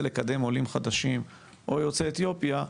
לקדם עולים חדשים או יוצאי אתיופיה,